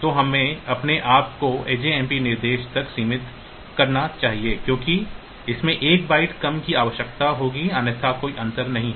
तो हमें अपने आप को आजमप निर्देश तक सीमित करना चाहिए क्योंकि इसमें एक बाइट कम की आवश्यकता होगी अन्यथा कोई अंतर नहीं है